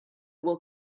will